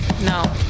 no